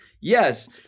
Yes